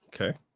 okay